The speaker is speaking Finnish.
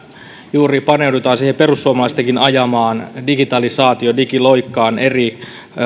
paneudutaan juuri perussuomalaistenkin ajamaan digitalisaatioon digiloikkaan eri